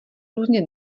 různě